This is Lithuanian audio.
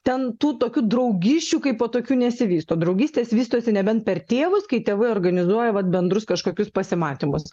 ten tų tokių draugysčių kaipo tokių nesivysto draugystės vystosi nebent per tėvus kai tėvai organizuoja vat bendrus kažkokius pasimatymus